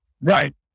Right